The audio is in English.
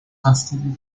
considered